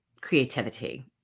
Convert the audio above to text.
creativity